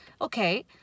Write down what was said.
okay